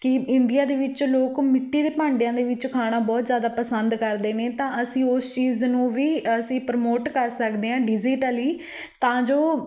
ਕਿ ਇੰਡੀਆ ਦੇ ਵਿੱਚ ਲੋਕ ਮਿੱਟੀ ਦੇ ਭਾਂਡਿਆਂ ਦੇ ਵਿੱਚ ਖਾਣਾ ਬਹੁਤ ਜ਼ਿਆਦਾ ਪਸੰਦ ਕਰਦੇ ਨੇ ਤਾਂ ਅਸੀਂ ਉਸ ਚੀਜ਼ ਨੂੰ ਵੀ ਅਸੀਂ ਪ੍ਰਮੋਟ ਕਰ ਸਕਦੇ ਹਾਂ ਡਿਜੀਟਲੀ ਤਾਂ ਜੋ